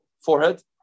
forehead